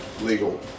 legal